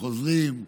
חוזרים,